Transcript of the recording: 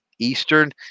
eastern